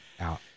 out